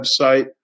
website